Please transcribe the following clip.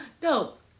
Dope